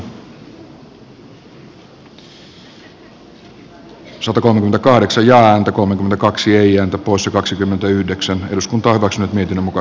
käsittelyn pohjana on kahdeksan ja häntä kolme kaksi eija tapossa kaksikymmentäyhdeksän eduskunta voisi nyt miten muka